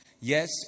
yes